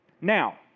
Now